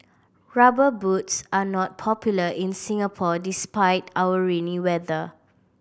Rubber Boots are not popular in Singapore despite our rainy weather